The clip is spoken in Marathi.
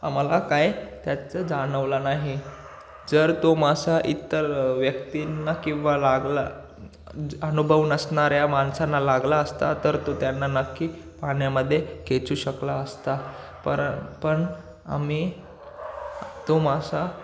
आम्हाला काय त्याचं जाणवला नाही जर तो मासा इतर व्यक्तींना किंवा लागला ज अनुभव नसणाऱ्या माणसांना लागला असता तर तो त्यांना नक्की पाण्यामध्ये खेचू शकला असता पर पण आम्ही तो मासा